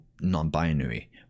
non-binary